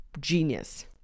genius